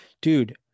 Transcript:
Dude